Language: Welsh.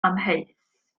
amheus